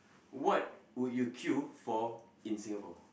what would you queue for in Singapore